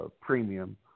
premium